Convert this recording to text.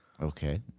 Okay